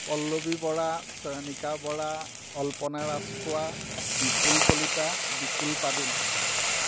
Pallavi Bora Chayanika Bora Alpana Rajkhowa Bipul Kalita Dipul Padun